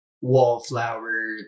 wallflower